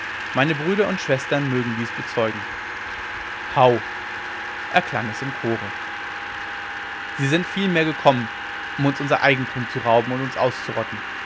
meine brüder und schwestern mögen dies bezeugen howgh erklang es im chore sie sind vielmehr gekommen um uns unser eigentum zu rauben und uns auszurotten